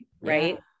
right